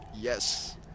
Yes